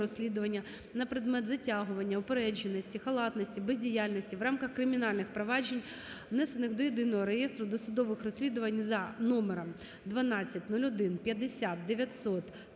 на предмет затягування, упередженості, халатності, бездіяльності в рамках кримінальних проваджень, внесених до Єдиного реєстру досудових розслідувань за № 1201509001000373